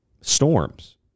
storms